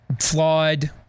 flawed